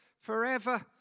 forever